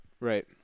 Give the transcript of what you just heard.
Right